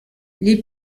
les